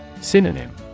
Synonym